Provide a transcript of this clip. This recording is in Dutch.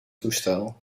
toestel